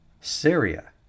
Syria